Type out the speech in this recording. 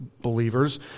believers